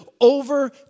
over